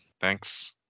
Thanks